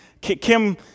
Kim